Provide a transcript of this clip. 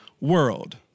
world